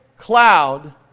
cloud